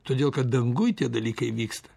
todėl kad danguj tie dalykai vyksta